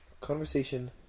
conversation